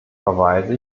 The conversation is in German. verweise